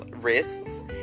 wrists